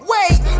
Wait